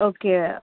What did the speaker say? okay